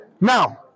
Now